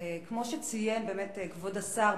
כמו שציין כבוד השר,